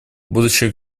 будущее